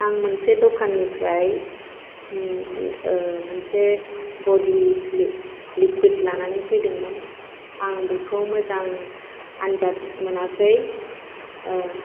आं मोनसे दखाननिफ्राय मोनसे बडि लिकुविड लानानै फैदोंमोन आं बेखौ मोजां आनजाद मोनाखै